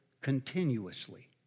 continuously